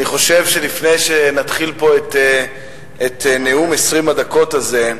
אני חושב שלפני שנתחיל פה את נאום 20 הדקות הזה,